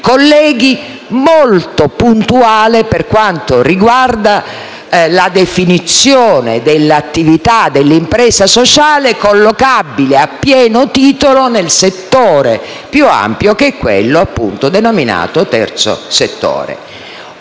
colleghi e molto puntuale per quanto riguarda la definizione dell'attività dell' impresa sociale, collocabile a pieno titolo nel settore più ampio, che è quello denominato come terzo settore.